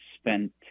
spent